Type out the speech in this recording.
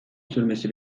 sürmesi